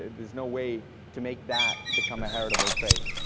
there's no way to make that become a heritable trait,